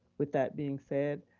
with that being said,